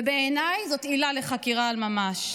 ובעיניי זאת עילה לחקירה על ממש.